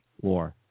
war